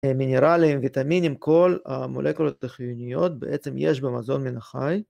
מינרלים וויטמינים, כל המולקולות החיוניות בעצם יש במזון מן החי.